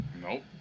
Nope